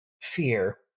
Fear